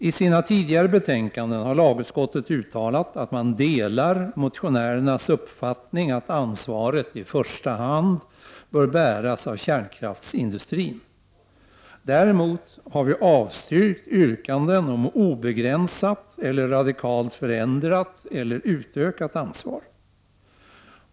I sina tidigare betänkanden har lagutskottet uttalat att man delar motionärernas uppfattning att ansvaret i första hand bör bäras av kärnkraftsindustrin. Däremot har utskottet avstyrkt yrkanden om obegränsat, radikalt förändrat eller utökat ansvar.